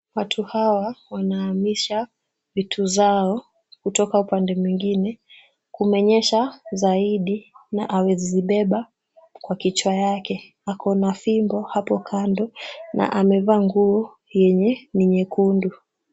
Watu hawa wanahamisha vitu zao kutoka upande mwingine. Kumenyesha zaidi na amezibeba kwa kichwa yake. Ako na fimbo hapo kando na amevaa nguo yenye ni nyekundu.